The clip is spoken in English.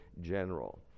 general